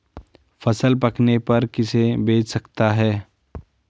फसल पकने पर किसे बेच सकता हूँ?